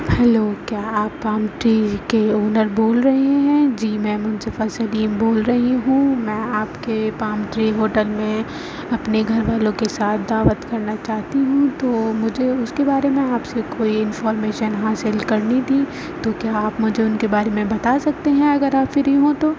hello کیا آپ palm tree کے اونر بول رہے ہیں جی میں منصفہ سلیم بول رہی ہوں میں آپ کے پام ٹری ہوٹل میں اپنے گھر والوں کے ساتھ دعوت کرنا چاہتی ہوں تو مجھے اس کے بارے میں آپ سے کوئی انفارمیشن حاصل کرنی تھی تو کیا آپ مجھے ان کے بارے میں بتا سکتے ہیں اگر آپ فری ہوں تو